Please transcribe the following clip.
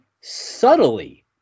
subtly